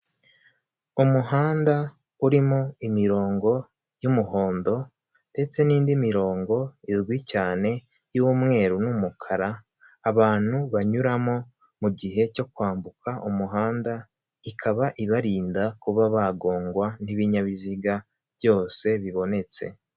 Umuhanda urimo imirongo y'umuhondo ndetse n'indi mirongo izwi cyane y'umweru n'umukara ,abantu banyuramo mu gihe cyo kwambuka umuhanda ikaba ibarinda kuba bagongwa n'ibinyabiziga byose bibonetse.